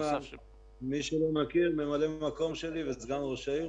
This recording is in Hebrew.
מי שלא מכיר, ממלא-מקום שלי וסגן ראש העיר.